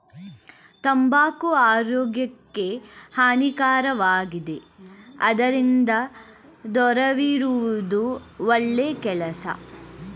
ತಂಬಾಕು ಆರೋಗ್ಯಕ್ಕೆ ಹಾನಿಕಾರಕವಾಗಿದೆ ಅದರಿಂದ ದೂರವಿರುವುದು ಒಳ್ಳೆ ಕೆಲಸ